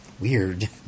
Weird